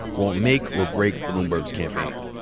won't make or break bloomberg's campaign.